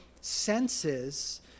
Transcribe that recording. senses